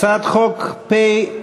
הצעת חוק פ/1390,